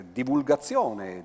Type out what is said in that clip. divulgazione